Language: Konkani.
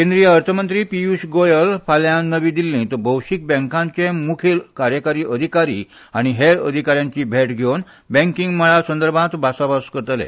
केंद्रीय अर्थमंत्री पिय्ष गोयल फाल्यां नवी दिल्लींत भौशिक बॅकांचे मुखेल कार्यकारी अधिकारी आनी हेर अधिकाऱ्यांची भेट घेवन बॅकींग मळार सदर्भांत भासाभास करतले